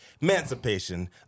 emancipation